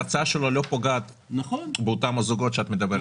שההצעה שלו לא פוגעת באותם זוגות שאת מדברת עליהם.